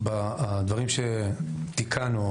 הדברים שתיקנו,